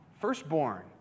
firstborn